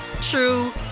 true